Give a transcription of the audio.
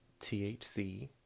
thc